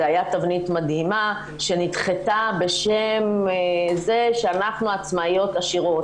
זו הייתה תבנית מדהימה שנדחתה בשם זה שאנחנו העצמאיות עשירות.